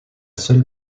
seule